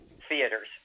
theaters